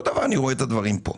אותו דבר אני רואה את הדברים פה.